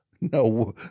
No